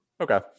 Okay